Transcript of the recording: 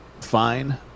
fine